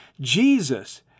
Jesus